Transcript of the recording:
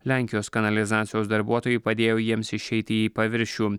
lenkijos kanalizacijos darbuotojai padėjo jiems išeiti į paviršių